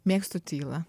mėgstu tylą